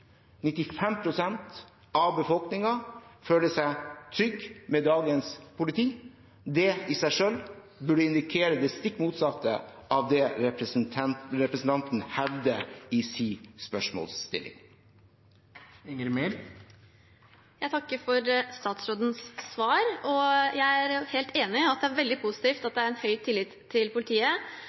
av befolkningen føler seg trygge med dagens politi. Det i seg selv burde indikere det stikk motsatte av det representanten hevder i sin spørsmålsstilling. Jeg takker for statsrådens svar. Jeg er helt enig i at det er veldig positivt at det er høy tillit til politiet,